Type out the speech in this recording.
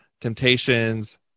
temptations